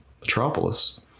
Metropolis